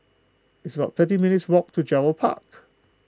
it's about thirteen minutes' walk to Gerald Park